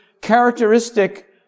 characteristic